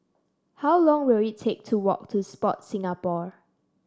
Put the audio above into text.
how long will it take to walk to Sport Singapore